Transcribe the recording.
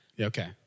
Okay